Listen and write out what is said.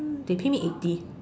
they paid me eighty